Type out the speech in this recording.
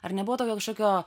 ar nebuvo toko kažkokio